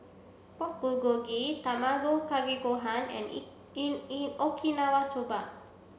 Pork Bulgogi Tamago Kake Gohan and Okinawa Soba